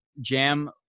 Jam